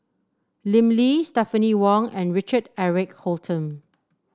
Lim Lee Stephanie Wong and Richard Eric Holttum